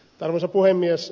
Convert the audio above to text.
arvoisa puhemies